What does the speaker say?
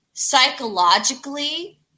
psychologically